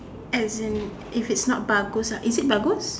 as in if it's not bagus ah is it bagus